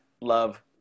love